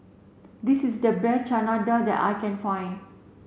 this is the best Chana Dal that I can find